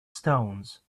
stones